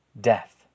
death